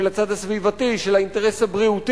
של הצד הסביבתי, של האינטרס הבריאותי.